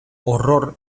horror